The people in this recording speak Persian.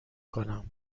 کنم